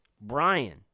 Brian